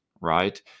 right